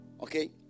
Okay